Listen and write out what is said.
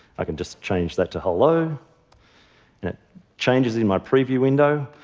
i can just change that to hello. and it changes in my preview window.